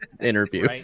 interview